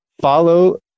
follow